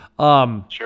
Sure